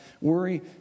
Worry